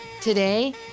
Today